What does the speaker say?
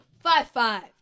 Five-five